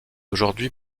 aujourd’hui